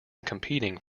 competing